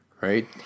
Right